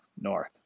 north